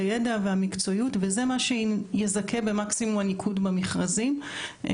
הידע והמקצועיות וזה מה שיזכה במקסימום הניקוד במכרזים.